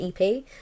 EP